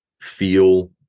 feel